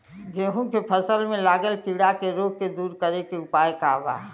गेहूँ के फसल में लागल कीड़ा के रोग के दूर करे के उपाय का बा?